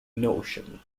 notion